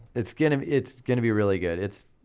it's kind of it's gonna be really good. it's.